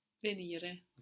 venire